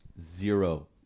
Zero